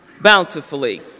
bountifully